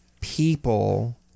people